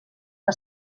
que